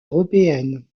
européenne